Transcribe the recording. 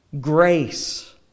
Grace